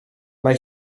mae